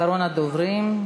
אחרון הדוברים,